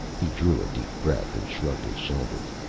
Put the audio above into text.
he drew a deep breath and shrugged his shoulders.